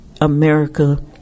America